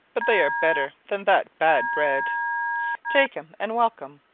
but they are better than that bad bread take em, and welcome.